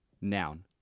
Noun